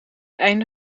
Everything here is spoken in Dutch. einde